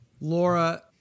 Laura